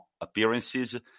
appearances